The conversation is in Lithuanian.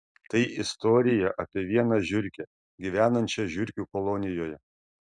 tai istorija apie vieną žiurkę gyvenančią žiurkių kolonijoje